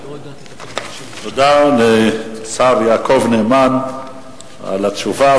תודה לשר יעקב נאמן על התשובה.